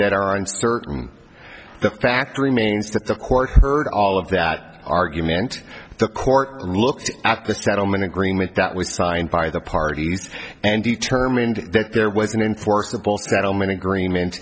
that are uncertain the fact remains that the court heard all of that argument the court looked at the settlement agreement that was signed by the parties and determined that there was an enforceable settlement agreement